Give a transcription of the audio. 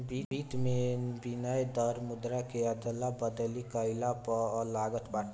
वित्त में विनिमय दर मुद्रा के अदला बदली कईला पअ लागत बाटे